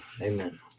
Amen